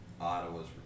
Ottawa's